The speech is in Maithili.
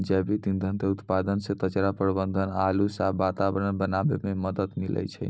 जैविक ईंधन के उत्पादन से कचरा प्रबंधन आरु साफ वातावरण बनाबै मे मदत मिलै छै